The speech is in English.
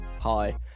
Hi